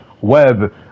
web